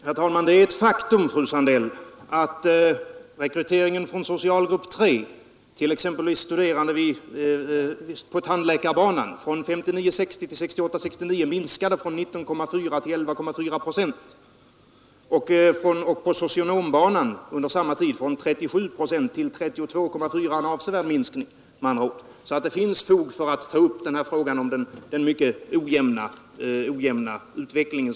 Herr talman! Det är ett faktum, fröken Sandell, att rekryteringen från socialgrupp 3 av studerande på t.ex. tandlåkarbanan från 1959 69 minskade från 19,4 till 11,4 procent och på socionombanan under samma tid från 37 till 32,4 procent — en avsevärd minskning med andra ord. Det finns alltså fog för att ta upp frågan om den mycket ojämna utvecklingen.